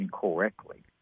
correctly